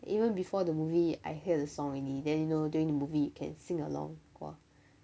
even before the movie I hear this song already then you know during movie you can sing along !wah!